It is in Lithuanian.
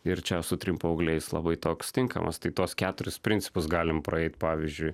ir čia su trim paaugliais labai toks tinkamas tai tuos keturis principus galim praeiti pavyzdžiui